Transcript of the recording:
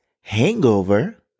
Hangover